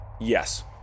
Yes